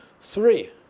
Three